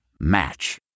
Match